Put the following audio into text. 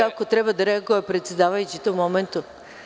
Kako treba da reaguje predsedavajući u tom momentu?